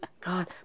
God